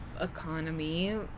economy